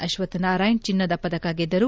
ಅಕ್ವತ್ದ್ ನಾರಾಯಣ್ ಚಿನ್ನದ ಪದಕ ಗೆದ್ದರು